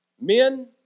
men